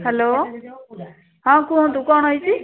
hello ହଁ କୁହନ୍ତୁ କ'ଣ ହେଇଛି